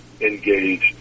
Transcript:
engaged